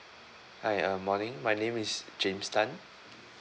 hi uh morning my name is james tan